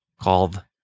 Called